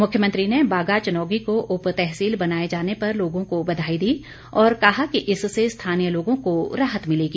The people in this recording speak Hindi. मुख्यमंत्री ने बाग चनोगी को उपतहसील बनाए जाने पर लोगों को बधाई दी और कहा कि इससे स्थानीय लोगों को राहत मिलेगी